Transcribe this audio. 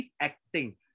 acting